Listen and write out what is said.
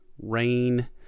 rain